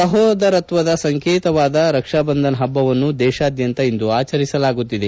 ಸಹೋದರತ್ವದ ಸಂಕೇತವಾದ ರಕ್ಷಾ ಬಂಧನ್ ಹಬ್ಬವನ್ನು ದೇಶಾದ್ವಂತ ಇಂದು ಆಚರಿಸಲಾಗುತ್ತಿದೆ